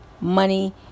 money